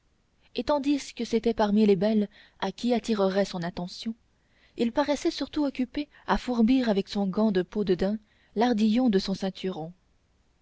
et tandis que c'était parmi les belles à qui attirerait son attention il paraissait surtout occupé à fourbir avec son gant de peau de daim l'ardillon de son